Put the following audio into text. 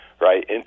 right